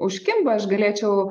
užkimba aš galėčiau